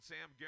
Sam